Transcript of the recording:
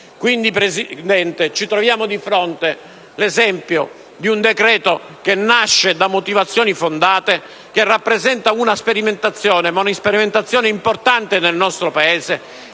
Signor Presidente, ci troviamo di fronte l'esempio di un decreto che nasce da motivazioni fondate e che rappresenta una sperimentazione importante nel nostro Paese